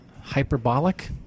hyperbolic